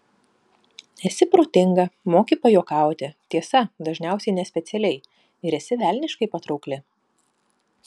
esi protinga moki pajuokauti tiesa dažniausiai nespecialiai ir esi velniškai patraukli